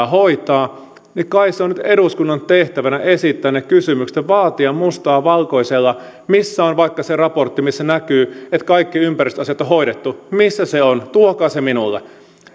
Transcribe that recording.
hoitaa niin kai se on nyt eduskunnan tehtävänä esittää ne kysymykset ja vaatia mustaa valkoisella missä on vaikka se raportti missä näkyy että kaikki ympäristöasiat on on hoidettu missä se on tuokaa se minulle